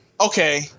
Okay